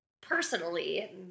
personally